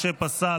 משה פסל,